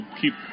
keep